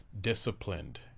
disciplined